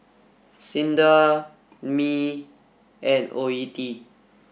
SINDA Mi and O E T